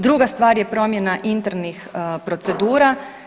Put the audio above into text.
Druga stvar je promjena internih procedura.